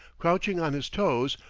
crouching on his toes,